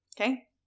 okay